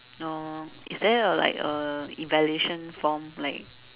um is there a like a evaluation form like